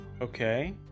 Okay